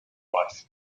wife